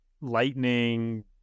Lightning